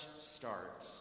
start